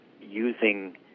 using